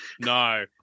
no